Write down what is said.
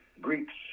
Greeks